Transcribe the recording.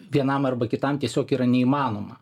vienam arba kitam tiesiog yra neįmanoma